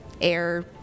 air